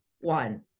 one